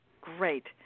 Great